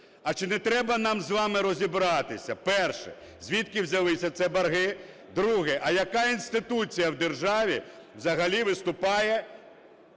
А чи не треба нам з вами розібратися, перше – звідки взялися ці борги, друге – а яка інституція в державі взагалі виступає